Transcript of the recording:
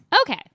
Okay